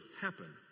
happen